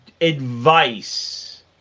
advice